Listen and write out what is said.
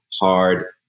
hard